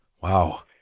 Wow